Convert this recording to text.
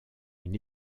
une